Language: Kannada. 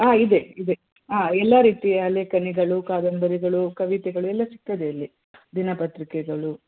ಆ ಇದೆ ಇದೆ ಆ ಎಲ್ಲ ರೀತಿಯ ಲೇಖನಗಳು ಕಾದಂಬರಿಗಳು ಕವಿತೆಗಳು ಎಲ್ಲ ಸಿಗ್ತದೆ ಇಲ್ಲಿ ದಿನಪತ್ರಿಕೆಗಳು